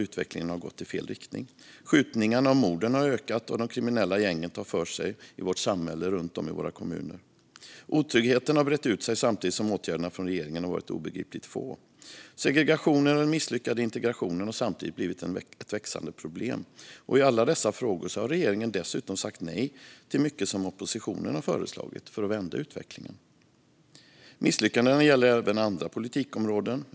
Utvecklingen har gått i fel riktning, skjutningarna och morden har ökat och de kriminella gängen tar för sig i vårt samhälle runt om i våra kommuner. Otryggheten har brett ut sig samtidigt som åtgärderna från regeringen har varit obegripligt få. Segregationen och den misslyckade integrationen har samtidigt blivit ett växande problem. I alla dessa frågor har regeringen dessutom sagt nej till mycket som oppositionen har föreslagit för att vända utvecklingen. Misslyckandena gäller även andra politikområden.